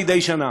מדי שנה.